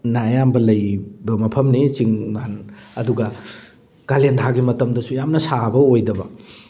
ꯅ ꯑꯌꯥꯝꯕ ꯂꯩꯕ ꯃꯐꯝꯅꯤ ꯆꯤꯡ ꯃꯥꯟ ꯑꯗꯨꯒ ꯀꯥꯂꯦꯟꯊꯥꯒꯤ ꯃꯇꯝꯗꯁꯨ ꯌꯥꯝꯅ ꯁꯥꯕ ꯑꯣꯏꯗꯕ